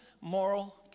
moral